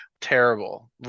terrible